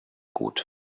gut